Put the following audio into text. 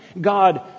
God